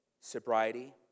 Sobriety